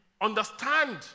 understand